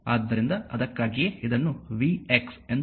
ಆದ್ದರಿಂದ ಅದಕ್ಕಾಗಿಯೇ ಇದನ್ನು vx ಎಂದು ಬರೆಯಲಾಗಿದೆ